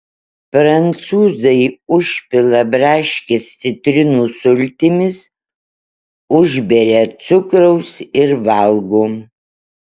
prancūzai užpila braškes citrinų sultimis užberia cukraus ir valgo